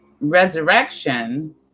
resurrection